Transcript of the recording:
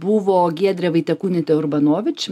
buvo giedrė vaitekūnaitė urbanovič